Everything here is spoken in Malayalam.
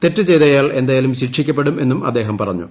തെറ്റ് ചെയ്തയാൾ എന്തായാലും ശിക്ഷിക്കപ്പെടും എന്നും അദ്ദേഹം പറഞ്ഞു